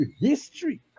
history